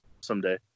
someday